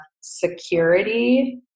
security